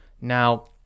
Now